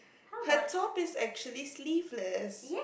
her top is actually sleeveless